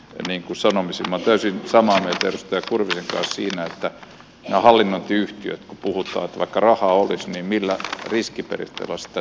minä olen täysin samaa mieltä edustaja kurvisen kanssa näistä hallinnointiyhtiöistä kun puhutaan että vaikka rahaa olisi niin millä riskiperiaatteella sitä tehdään